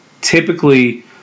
typically